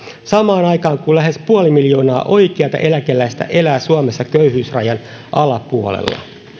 samaan aikaan kun lähes puoli miljoonaa oikeata eläkeläistä elää suomessa köyhyysrajan alapuolella